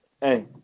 hey